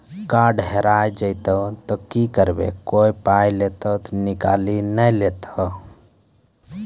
Card हेरा जइतै तऽ की करवै, कोय पाय तऽ निकालि नै लेतै?